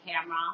camera